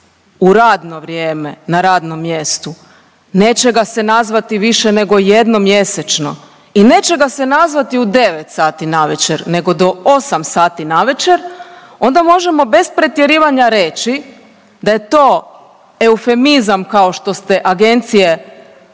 u radno vrijeme na radnom mjestu, neće ga se nazvati više nego jednom mjesečno i neće ga se nazvati u devet sati navečer nego do osam sati navečer onda možemo bez pretjerivanja reći da je to eufemizam kao što ste agencije